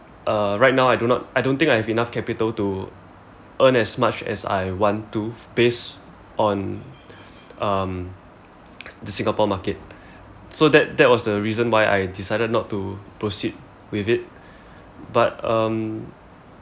uh right now I do not I don't think I have enough capital to earn as much as I want to based on um the singapore market so that that was the reason why I decided not to proceed with it but um